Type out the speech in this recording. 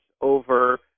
over